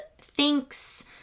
thinks